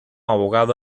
abogado